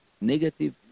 negative